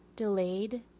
Delayed